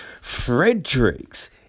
Fredericks